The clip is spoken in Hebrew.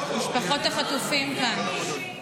משפחות החטופים כאן,